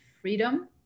freedom